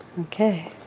Okay